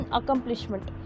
accomplishment